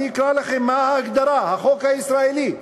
אני אקרא לכם מה ההגדרה בחוק הישראלי,